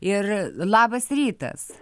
ir labas rytas